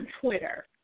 Twitter